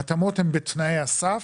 ההתאמות הן בתנאי הסף.